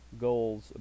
Goals